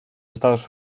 estados